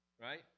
right